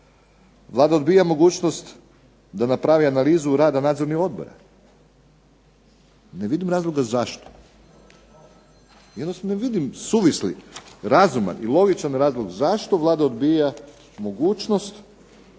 Vlada odbija mogućnost da napravi analizu rada nadzornih odbora. Ne vidim razloga zašto. Jednostavno ne vidim suvisli, razuman i logičan razlog zašto Vlada odbija mogućnost